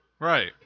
Right